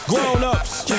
Grown-ups